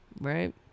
Right